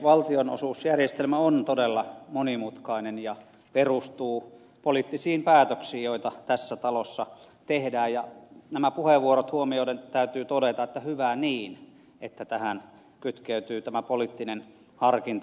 valtionosuusjärjestelmä on todella monimutkainen ja perustuu poliittisiin päätöksiin joita tässä talossa tehdään ja nämä puheenvuorot huomioiden täytyy todeta että hyvä niin että tähän kytkeytyy tämä poliittinen harkinta